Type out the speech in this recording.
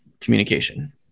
communication